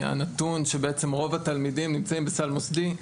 הנתון שרוב התלמידים נמצאים בסל מוסדי,